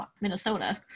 Minnesota